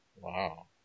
Wow